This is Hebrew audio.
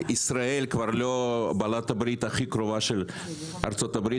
ישראל כבר לא בעלת הברית הכי קרובה של ארצות הברית.